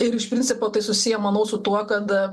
ir iš principo tai susiję manau su tuo kad